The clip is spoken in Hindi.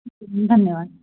जी धन्यवाद